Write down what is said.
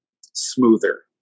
smoother